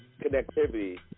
connectivity